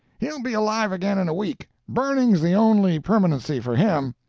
he'll be alive again in a week burning's the only permanency for him.